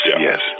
Yes